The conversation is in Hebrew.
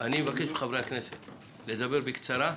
אני אבקש מחברי הכנסת לדבר בקצרה,